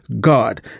God